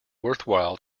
worthwhile